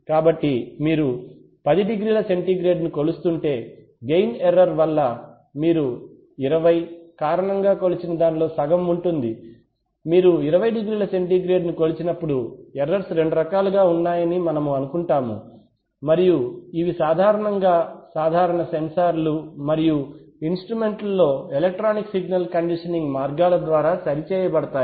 కాబట్టి మీరు 10 డిగ్రీల సెంటీగ్రేడ్ను కొలుస్తుంటే గెయిన్ ఎర్రర్ వల్ల మీరు 20 కారణంగా కొలిచిన దానిలో సగం ఉంటుంది మీరు 20 డిగ్రీల సెంటీగ్రేడ్ను కొలిచినప్పుడు ఎర్రర్స్ రెండు రకాలుగా ఉన్నాయని మేము అనుకుంటాము మరియు ఇవి సాధారణంగా సాధారణ సెన్సార్లు మరియు ఇన్స్ట్రుమెంట్స్ లో ఎలక్ట్రానిక్ సిగ్నల్ కండిషనింగ్ మార్గాల ద్వారా సరిచేయబడతాయి